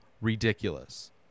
ridiculous